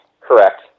Correct